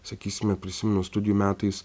sakysime prisimenu studijų metais